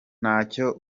ntacyo